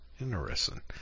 interesting